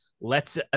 lets